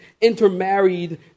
intermarried